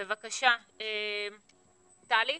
בבקשה, טלי.